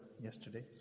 yesterday